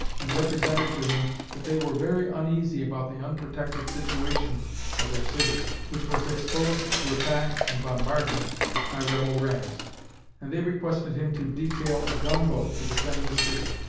and represented to him that they were very uneasy about the unprotected situation of their city, which was exposed to attack and bombardment by rebel rams and they requested him to detail a gun-boat to defend the city.